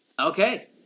Okay